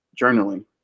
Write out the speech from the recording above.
journaling